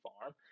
farm